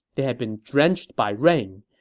they had been drenched by rain.